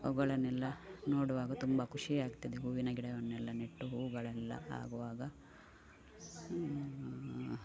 ಅವುಗಳನ್ನೆಲ್ಲ ನೋಡುವಾಗ ತುಂಬ ಖುಷಿ ಆಗ್ತದೆ ಹೂವಿನ ಗಿಡವನ್ನೆಲ್ಲ ನೆಟ್ಟು ಹೂಗಳೆಲ್ಲ ಆಗುವಾಗ